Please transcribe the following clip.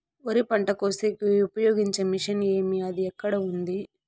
వరి పంట కోసేకి ఉపయోగించే మిషన్ ఏమి అది ఎక్కడ ఉంది?